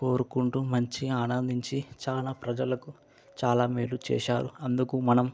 కోరుకుంటూ మంచిగా ఆనందించి చాలా ప్రజలకు చాలా మేలు చేసారు అందుకు మనం